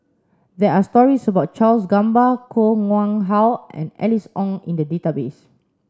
there are stories about Charles Gamba Koh Nguang How and Alice Ong in the database